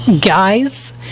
guys